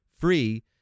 free